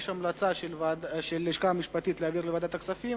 יש המלצה של הלשכה המשפטית להעביר לוועדת הכספים.